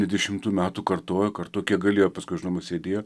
dvidešimtų metų kartojo kartojo kiek galėjo paskui žinoma sėdėjo